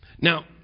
now